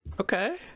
Okay